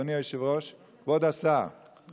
אדוני היושב-ראש, כבוד השר, כבוד השר.